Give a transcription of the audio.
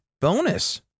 Bonus